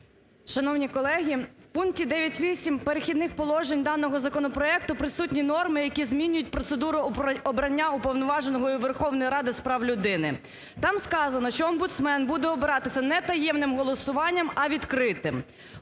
Шановні колеги, в пункті 9.8 "Перехідних положень" даного законопроекту присутні норми, які змінюють процедуру обрання Уповноваженого Верховної Ради з прав людини. Там сказано, що омбудсмен буде обиратися не таємним голосуванням, а відкритим.